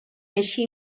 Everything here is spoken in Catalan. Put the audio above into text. així